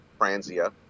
Franzia